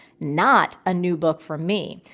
not a new book for me,